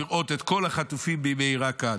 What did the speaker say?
לראות את כל החטופים במהרה כאן.